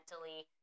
mentally